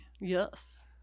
yes